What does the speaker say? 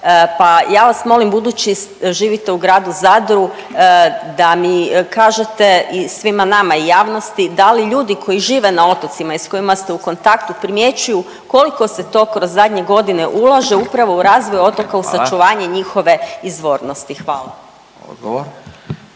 pa ja vas molim budući živite u gradu Zadru da mi kažete i svima nama i javnosti da li ljudi koji žive na otocima i s kojima ste u kontaktu primjećuju koliko se to kroz zadnje godine ulaže upravo u razvoj otoka …/Upadica Radin: Hvala./… i u sačuvanje njihove izvornosti? Hvala.